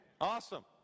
Awesome